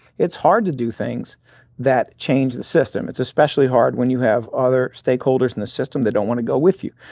it's hard to do things that change the system. it's especially hard when you have other stakeholders in the system that don't want to go with you.